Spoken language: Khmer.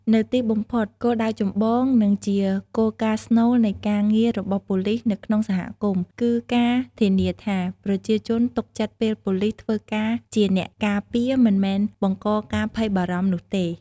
នៅទីបំផុត គោលដៅចម្បង និងជាគោលការណ៍ស្នូលនៃការងាររបស់ប៉ូលីសនៅក្នុងសហគមន៍ គឺការធានាថា ប្រជាជនទុកចិត្តពេលប៉ូលីសធ្វើការជាអ្នកការពារមិនមែនបង្កការភ័យបារម្ភនោះទេ។